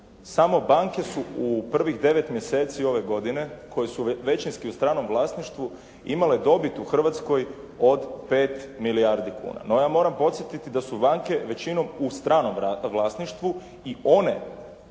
samo banke su u prvih 9 mjeseci ove godine, koji su većinski u stranom vlasništvu, imale dobit u Hrvatskoj od 5 milijardi kuna. No ja moram podsjetiti da su banke većinom u stranom vlasništvu i one